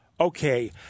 okay